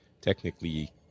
technically